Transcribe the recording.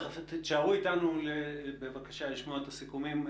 תישארו איתנו בבקשה לשמוע את הסיכומים.